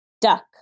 Duck